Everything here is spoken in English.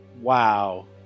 wow